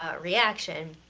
ah reaction,